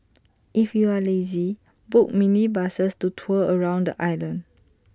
if you are lazy book minibuses to tour around the island